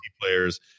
players